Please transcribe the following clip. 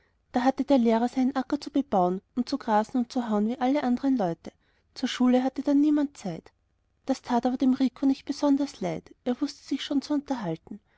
da hatte der lehrer seinen acker zu bebauen und zu grasen und zu hauen wie alle anderen leute zur schule hatte dann niemand zeit das tat aber dem rico nicht besonders leid er wußte sich schon zu unterhalten